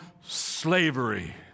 slavery